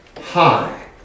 high